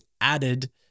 added